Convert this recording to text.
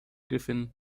giffen